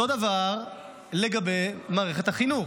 אותו דבר לגבי מערכת החינוך: